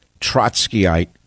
Trotskyite